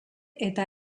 eta